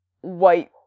white